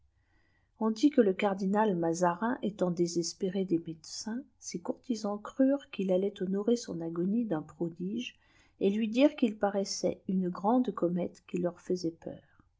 on dit que le cardinal mazarin étant désespéré des médecins ses courtisans crurent qu'il fallait honorer son agonie d'un prodige et lui dirent qu'il paraissait une grande comète qui leur faisait peur